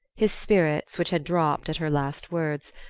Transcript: his spirits, which had dropped at her last words,